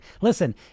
Listen